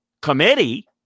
committee